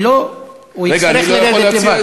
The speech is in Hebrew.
אם לא, הוא יצטרך לרדת לבד.